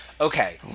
Okay